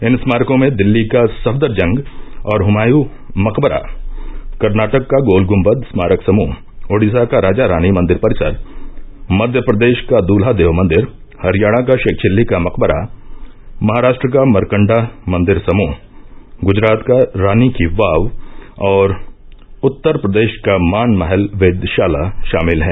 इन स्मॉरकों में दिल्ली का सफदरजंग और हमायू मकबरा कर्नाटक का गोल गुम्बद स्मारक समूह ओडिसा का राजारानी मंदिर परिसर मध्यप्रदेश का दूल्हार्दव मंदिर हरियाणा का शेखचिल्ली का मकबरा महाराष्ट्र का मरकंडा मंदिर समूह ग्रजरात का रानी की वाव और उत्तर प्रदेश का मान महल वेधशाला शामिल हैं